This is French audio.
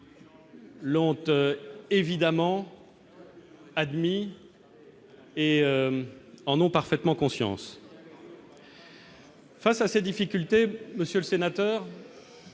évidemment admis et en ont parfaitement conscience. Face à ces difficultés, monsieur le sénateur,